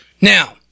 now